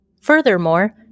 Furthermore